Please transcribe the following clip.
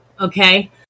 okay